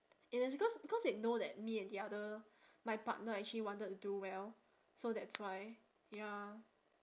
yes cause cause they know that me and the other my partner actually wanted to do well so that's why ya